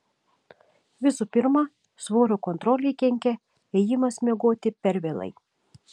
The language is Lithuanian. visų pirma svorio kontrolei kenkia ėjimas miegoti per vėlai